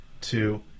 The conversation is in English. two